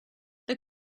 the